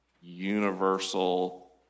universal